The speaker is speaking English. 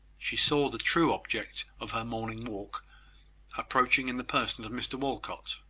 she saw the true object of her morning walk approaching in the person of mr walcot.